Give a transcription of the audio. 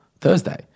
Thursday